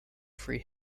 free